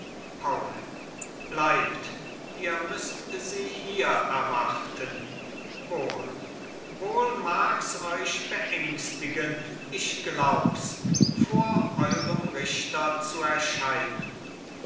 bleibt ihr müßt sie hier erwarten wohl wohl mag's euch beängstigen ich glaub's vor eurem richter zu erscheinen